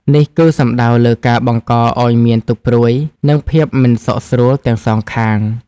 នេះគឺសំដៅលើការបង្កឲ្យមានទុក្ខព្រួយ និងភាពមិនសុខស្រួលទាំងសងខាង។